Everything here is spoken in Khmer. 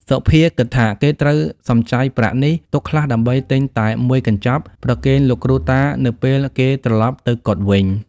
សុភាគិតថាគេត្រូវសំចៃប្រាក់នេះ ទុកខ្លះដើម្បីទិញតែមួយកញ្ចប់ ប្រគេនលោកគ្រូតានៅពេលគេត្រឡប់ ទៅកុដិវិញ ។